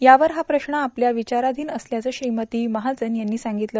यावर हा प्रश्न आपल्या विचाराधीन असल्याचं श्रीमती महाजन यांनी सांगितलं